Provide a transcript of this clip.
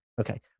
Okay